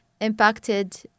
impacted